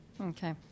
Okay